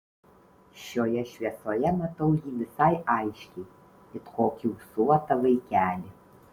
šioje šviesoje matau jį visai aiškiai it kokį ūsuotą vaikelį